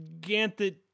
Ganthet